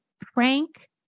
prank